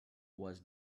was